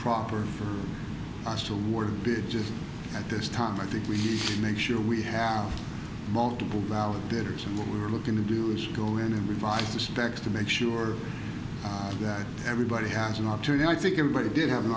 proper for us to work good just at this time i think we should make sure we have multiple validators and what we were looking to do is go in and revise the specs to make sure that everybody has an opportunity i think everybody did have an